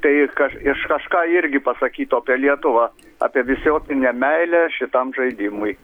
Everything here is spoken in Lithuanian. tai kaž jis kažką irgi pasakytų apie lietuvą apie visuotinę meilę šitam žaidimui